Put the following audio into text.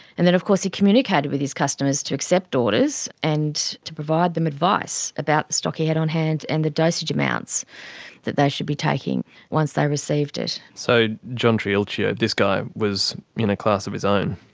and then of course he communicated with his customers to accept orders and to provide them advice about the stock he had on hand and the dosage amounts that they should be taking once they received it. so john triulcio, this guy was in a class of his own.